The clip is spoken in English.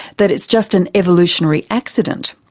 that it's just an evolutionary accident.